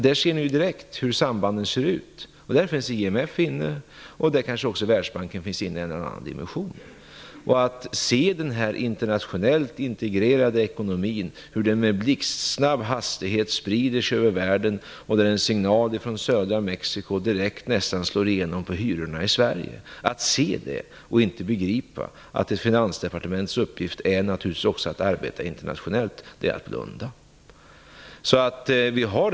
Där ser ni direkt hur sambanden ser ut. Där finns IMF med, och där kanske också Världsbanken finns med i en annan dimension. Man kan se hur denna internationellt integrerade ekonomi med blixtsnabb hastighet sprider sig över världen. En signal från södra Mexiko slår nästan direkt igenom på hyrorna i Sverige. Om man då inte begriper att Finansdepartementets uppgift naturligtvis också är att arbeta internationellt blundar man.